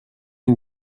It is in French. une